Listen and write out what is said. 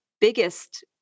biggest